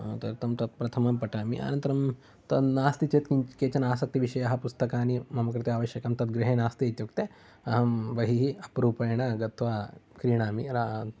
तदर्थं तत् प्रथमं पठामि अनन्तरं तद् नास्ति चेत् केचन आसक्ति विषयः पुस्तकानि मम कृते आवश्यकं तद् गृहे नास्ति इत्युक्ते अहं बहिः अपरूपेन गत्वा क्रीणामि